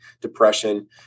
depression